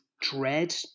dread